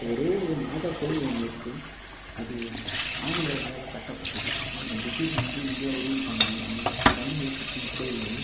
ஒரே ஒரு மாதாகோவில் ஒன்று இருக்குது அது ஆங்கிலேயர்களால் கட்டப்பட்டது அது இந்த ப்ரிட்டிஷ் வந்து இந்தியாவை ரூல் பண்ணும்போது அந்த டைமில் கட்டின கோவில் அது